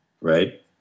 right